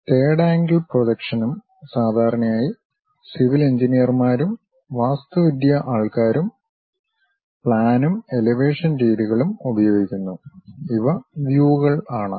third angle പ്രൊജക്ഷനും സാധാരണയായി civil എഞ്ചിനീയർമാരും വാസ്തുവിദ്യാ ആൾക്കാരും പ്ലാനും എലവേഷൻ രീതികളും ഉപയോഗിക്കുന്നു ഇവ വ്യുകൾ ആണ്